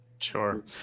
sure